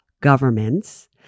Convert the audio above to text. governments